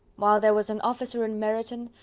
while there was an officer in meryton,